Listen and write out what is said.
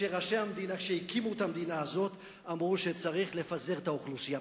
שהאנשים שהקימו את המדינה הזאת אמרו שצריך לפזר את האוכלוסייה,